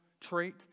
trait